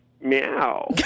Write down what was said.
meow